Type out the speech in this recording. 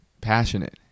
passionate